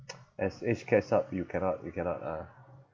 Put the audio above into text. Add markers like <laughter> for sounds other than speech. <noise> as age catch up you cannot you cannot ah